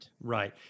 Right